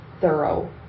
thorough